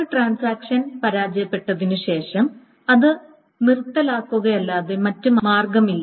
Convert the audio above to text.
ഒരു ട്രാൻസാക്ഷൻ പരാജയപ്പെട്ടതിനുശേഷം അത് നിർത്തലാക്കുകയല്ലാതെ മറ്റ് മാർഗമില്ല